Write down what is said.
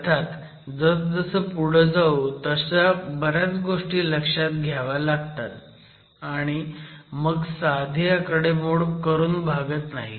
अर्थात जसजसं पुढं जाऊ तशा बऱ्याच गोष्टी लक्षात घ्याव्या लागतात आणि मग साधी आकडेमोड करून भागत नाही